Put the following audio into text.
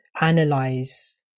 analyze